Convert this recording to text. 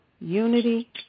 unity